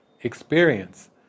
experience